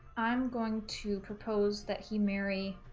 i'm going to propose that he marry